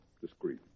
Discreet